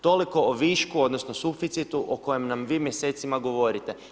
Toliko o višku odnosno o suficitu o kojem nam vi mjesecima govorite.